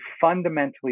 fundamentally